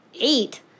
eight